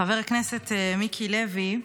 חבר הכנסת מיקי לוי,